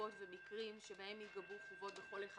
נסיבות ומקרים שבהם ייגבו חובות בכל אחד